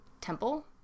temple